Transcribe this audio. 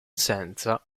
senza